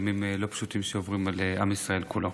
ימים לא פשוטים שעוברים על עם ישראל כולו.